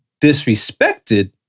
disrespected